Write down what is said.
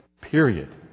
Period